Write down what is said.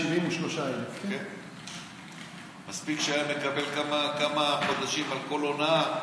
273,000. מספיק שהוא היה מקבל כמה חודשים על כל הונאה,